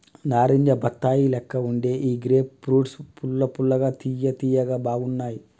నారింజ బత్తాయి లెక్క వుండే ఈ గ్రేప్ ఫ్రూట్స్ పుల్ల పుల్లగా తియ్య తియ్యగా బాగున్నాయ్